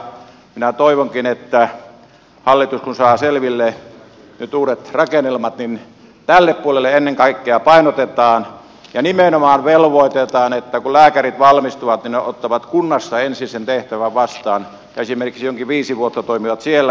minä toivonkin että hallitus kun saa selville nyt uudet rakennelmat niin tätä puolta ennen kaikkea painotetaan ja nimenomaan velvoitetaan että kun lääkärit valmistuvat niin he ottavat kunnassa ensin sen tehtävän vastaan ja esimerkiksi jonkun viisi vuotta toimivat siellä